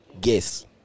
guess